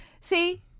See